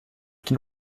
den